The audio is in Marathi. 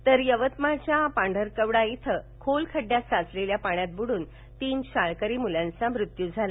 तर यवतमाळच्या पांढरकवडा इथं खोल खड्ड्यात साचलेल्या पाण्यात बुडून तीन शाळकरी मुलांचा मृत्यू झाला